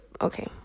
Okay